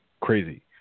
crazy